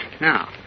Now